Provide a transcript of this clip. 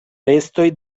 restoj